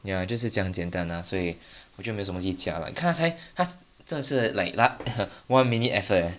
ya 就是这样简单 lah 所以我就没没有什么东西加 lah 你看他真的是 like one minute effort eh